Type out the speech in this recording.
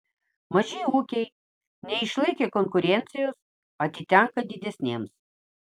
maži ūkiai neišlaikę konkurencijos atitenka didesniems